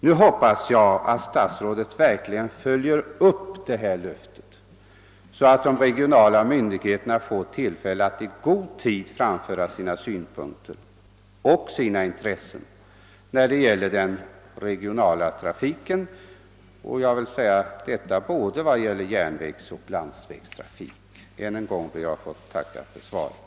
Nu hoppas jag att statsrådet verkligen följer upp detta löfte, så att de regionala myndigheterna får tillfälle att i god tid framföra sina synpunkter och hävda sina intressen när det gäller den regionala trafiken både på järnväg och på landväg. Herr talman! Än en gång ber jag att få tacka för svaret.